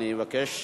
תודה רבה.